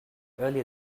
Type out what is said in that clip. earlier